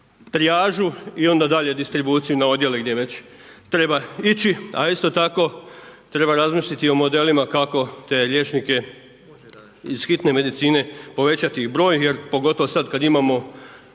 trijažu i onda dalje distribuciju na odjele gdje već treba ići, a isto tako treba razmisliti o modelima kako te liječnike iz hitne medicine povećati im broj jer pogotovo sad kad imamo